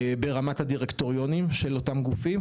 ברמת הדירקטוריונים של אותם גופים,